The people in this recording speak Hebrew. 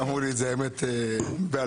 האמת, אמרו לי את זה בעל פה.